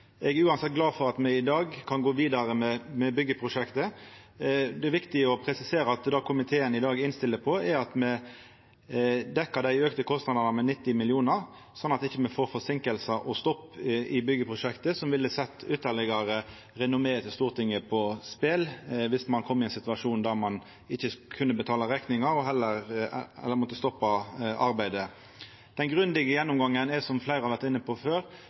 Eg er uansett glad for at me i dag kan gå vidare med byggjeprosjektet. Det er viktig å presisera at det komiteen i dag innstiller på, er at me dekkjer dei auka kostnadene med 90 mill. kr, slik at me ikkje får forseinkingar og stopp i byggjeprosjektet, som ville sett renommeet til Stortinget ytterlegare på spel, dersom ein kom i ein situasjon der ein ikkje kunne betala rekningar og heller måtte stoppa arbeidet. Den grundige gjennomgangen er, som fleire har vore inne på før,